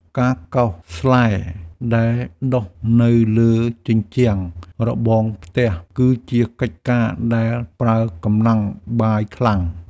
ការកោសស្លែដែលដុះនៅលើជញ្ជាំងរបងផ្ទះ គឺជាកិច្ចការដែលប្រើកម្លាំងបាយខ្លាំង។